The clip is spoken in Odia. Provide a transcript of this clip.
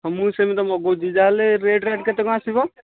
ମୁଁ ସେମିତି ମଗାଉଛି ଯାହା ହେଲେ ରେଟ୍ ରାଟ୍ କେତେ କ'ଣ ଆସିବ